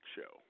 Show